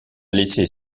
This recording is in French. laisser